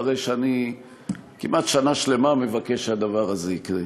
אחרי שאני כמעט שנה שלמה מבקש שהדבר הזה יקרה.